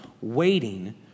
waiting